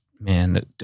man